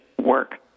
work